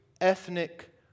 ethnic